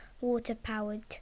water-powered